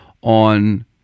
on